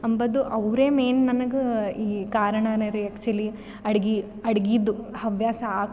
ಅನ್ನೋದು ಅವರೆ ಮೇನ್ ನನಗೆ ಈ ಕಾರಣವೇ ರೀ ಆ್ಯಕ್ಚುವಲಿ ಅಡ್ಗೆ ಅಡ್ಗೆಯ ಹವ್ಯಾಸ